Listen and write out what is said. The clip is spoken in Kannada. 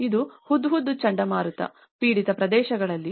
ಇದು ಹುದ್ ಹುದ್ ಚಂಡಮಾರುತ ಪೀಡಿತ ಪ್ರದೇಶಗಳಲ್ಲಿ